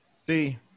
See